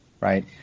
right